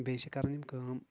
بیٚیہِ چھِ کران یِم کٲم